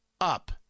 up